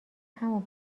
همون